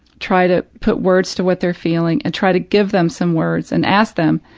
try to put words to what they're feeling, and try to give them some words and ask them,